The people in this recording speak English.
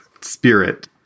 spirit